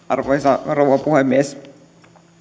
arvoisa rouva puhemies